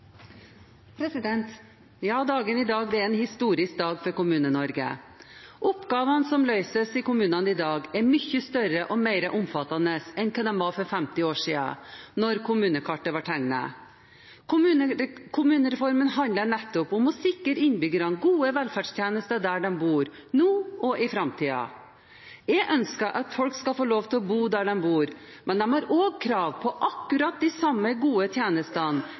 historisk dag for Kommune-Norge. Oppgavene som løses i kommunene i dag, er mye større og mer omfattende enn hva de var for 50 år siden, da kommunekartet ble tegnet. Kommunereformen handler nettopp om å sikre innbyggerne gode velferdstjenester der de bor, nå og i framtiden. Jeg ønsker at folk skal få lov til å bo der de bor, men man har krav på akkurat de samme gode